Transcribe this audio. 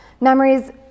Memories